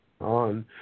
on